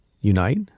unite